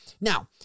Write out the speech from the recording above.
Now